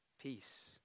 Peace